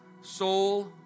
soul